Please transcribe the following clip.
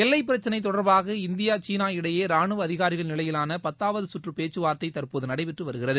எல்லை பிரச்சினை தொடர்பாக இந்தியா சீனா இடையே ரானுவ அதிகாரிகள் நிலையிலாள பத்தாவது சுற்று பேச்சுவார்த்தை தற்போது நடைபெற்று வருகிறது